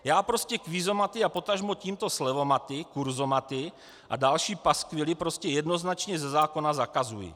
Já prostě kvízomaty a potažmo tímto slevomaty, kurzomaty a další paskvily jednoznačně ze zákona zakazuji.